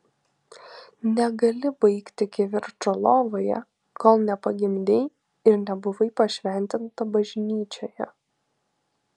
negali baigti kivirčo lovoje kol nepagimdei ir nebuvai pašventinta bažnyčioje